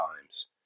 times